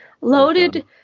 loaded